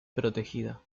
protegida